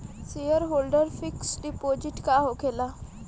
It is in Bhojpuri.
सेयरहोल्डर फिक्स डिपाँजिट का होखे ला?